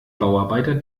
bauarbeiter